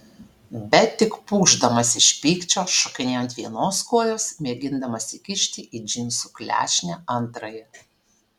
bet tik pūkšdamas iš pykčio šokinėjo ant vienos kojos mėgindamas įkišti į džinsų klešnę antrąją